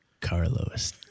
Carlos